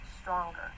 stronger